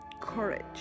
courage